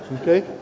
okay